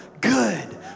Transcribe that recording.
good